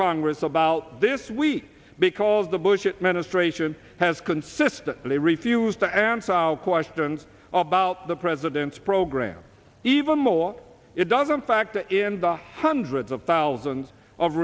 congress about this week because the bush administration has consistently refused to answer questions about the president's program even more it doesn't factor in the hundreds of thousands of